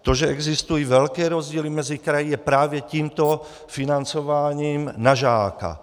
To, že existují velké rozdíly mezi kraji, je právě tímto financováním na žáka.